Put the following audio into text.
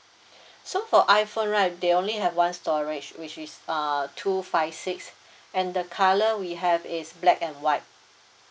so for iphone right they only have one storage which is err two five six and the colour we have is black and white